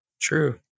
True